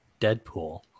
Deadpool